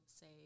say